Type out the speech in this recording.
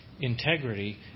integrity